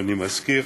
אני מזכיר